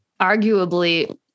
arguably